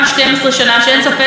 נישואים שניים,